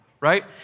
right